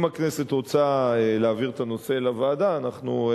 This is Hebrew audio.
אם הכנסת רוצה להעביר את הנושא לוועדה, אנחנו,